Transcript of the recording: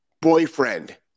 boyfriend